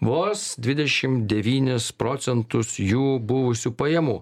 vos dvidešimt devynis procentus jų buvusių pajamų